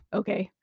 okay